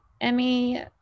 Emmy